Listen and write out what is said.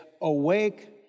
awake